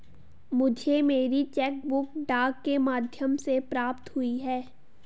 मुझे मेरी cheque book डाक के माध्यम से प्राप्त हुई है